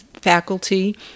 Faculty